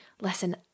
listen